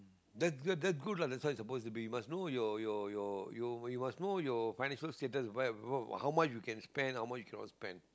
that's good that's good lah that's what it's supposed to be you must know your your your you must know your financial status whe~ how much you can spend how much you cannot spend